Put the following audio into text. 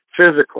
physically